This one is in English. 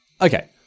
okay